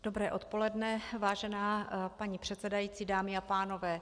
Dobré odpoledne, vážená paní předsedající, dámy a pánové.